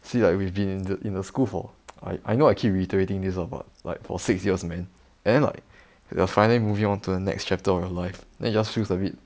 see like we've been in in the school for I know I keep reiterating this ah but like for six years man and then like you're finally moving onto the next chapter of your life then it just feels a bit